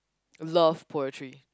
love poetry